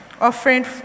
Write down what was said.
Offering